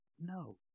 no